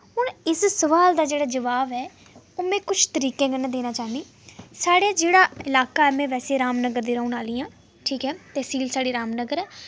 हुन इस सोआल दा जेह्ड़ा जोआब ऐ ओह् में किश तरीके कन्नै देना चाह्न्नी साढ़ा जेह्ड़ा इलाका में वैसे रामनगर दी रौह्न आह्ली आं ठीक ऐ तसील साढ़ी रामनगर ऐ